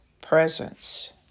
presence